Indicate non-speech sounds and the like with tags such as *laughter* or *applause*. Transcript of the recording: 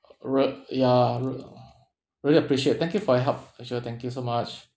re~ ya re~ *noise* really appreciate thank you for your help sure thank you so much